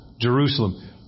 Jerusalem